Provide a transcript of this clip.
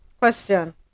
question